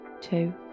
two